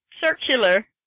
Circular